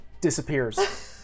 disappears